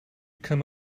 come